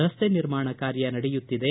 ರಸ್ತೆ ನಿರ್ಮಾಣ ಕಾರ್ಯ ನಡೆಯುತ್ತಿದೆ